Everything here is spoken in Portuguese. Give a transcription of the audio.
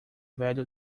velho